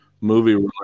movie